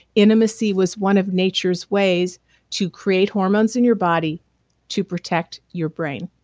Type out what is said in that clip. intimacy was one of nature's ways to create hormones in your body to protect your brain